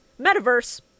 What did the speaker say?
Metaverse